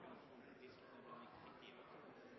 syntes det var litt for